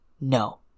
no